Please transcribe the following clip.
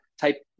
type